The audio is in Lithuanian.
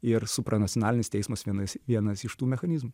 ir supranacionalinis teismas vienas vienas iš tų mechanizmų